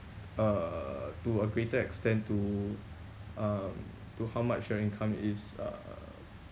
uh to a greater extent to um to how much your income is uh